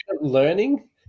learning